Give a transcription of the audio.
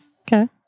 Okay